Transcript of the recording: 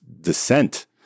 descent